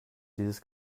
dieses